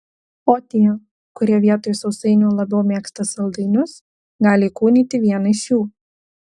o tie kurie vietoj sausainių labiau mėgsta saldainius gali įkūnyti vieną iš jų